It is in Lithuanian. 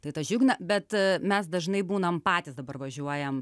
tai tas džiugina bet mes dažnai būnam patys dabar važiuojam